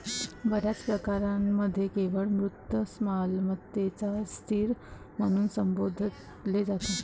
बर्याच प्रकरणांमध्ये केवळ मूर्त मालमत्तेलाच स्थिर म्हणून संबोधले जाते